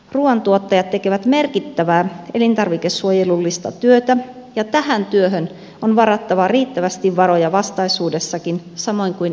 ruuantuottajat tekevät merkittävää elintarvikesuojelullista työtä ja tähän työhön on varattava riittävästi varoja vastaisuudessakin samoin kuin eviran työhön